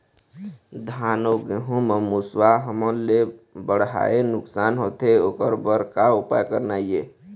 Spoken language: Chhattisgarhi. धान अउ गेहूं म मुसवा हमन ले बड़हाए नुकसान होथे ओकर बर का उपाय करना ये?